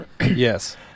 Yes